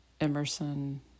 Emerson